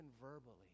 verbally